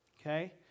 okay